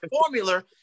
formula